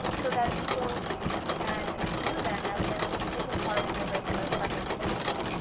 so that people can view them as they're taking part in their regular park activities.